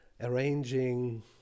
arranging